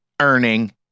earning